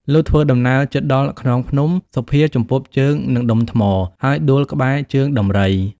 លុះធ្វើដំណើរជិតដល់ខ្នងភ្នំ សុភាជំពប់ជើងនឹងដុំថ្ម ហើយដួលក្បែរ ជើងដំរី ។